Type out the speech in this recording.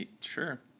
Sure